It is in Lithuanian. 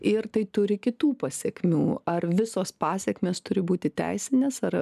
ir tai turi kitų pasekmių ar visos pasekmės turi būti teisinės ar